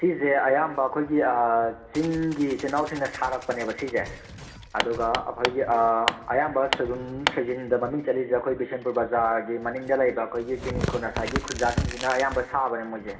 ꯁꯤꯖꯦ ꯑꯌꯥꯝꯕ ꯑꯩꯈꯣꯏꯒꯤ ꯆꯤꯡꯒꯤ ꯏꯆꯤꯟ ꯏꯅꯥꯎꯁꯤꯡꯅ ꯁꯥꯔꯛꯄꯅꯦꯕ ꯁꯤꯖꯦ ꯑꯗꯨꯒ ꯑꯩꯈꯣꯏꯒꯤ ꯑꯌꯥꯝꯕ ꯁꯣꯏꯕꯨꯝ ꯁꯣꯏꯖꯤꯟꯗ ꯃꯃꯤꯡ ꯆꯠꯂꯤꯖꯦ ꯑꯩꯈꯣꯏ ꯕꯤꯁꯦꯝꯄꯨꯔ ꯕꯖꯥꯔꯒꯤ ꯃꯅꯤꯡꯗ ꯂꯩꯕ ꯑꯩꯈꯣꯏꯒꯤ ꯆꯤꯅꯤꯡ ꯈꯨꯅꯁ ꯍꯥꯏꯗꯤ ꯈꯨꯟꯖꯥꯁꯤꯡꯖꯤꯅ ꯑꯋꯥꯝꯕ ꯁꯥꯕꯅꯦ ꯃꯣꯏꯖꯦ